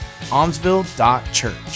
almsville.church